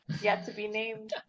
yet-to-be-named